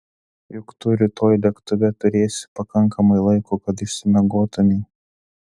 juk tu rytoj lėktuve turėsi pakankamai laiko kad išsimiegotumei